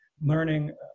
learning